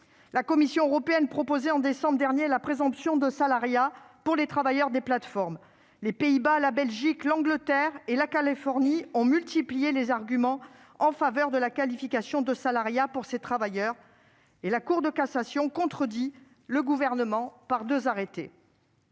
La Commission européenne proposait, en décembre dernier, la présomption de salariat pour les travailleurs des plateformes. Les Pays-Bas, la Belgique, l'Angleterre et la Californie ont multiplié les arguments en faveur de la qualification de « salariat » pour ces travailleurs. Enfin, la Cour de cassation a contredit le Gouvernement dans deux arrêts.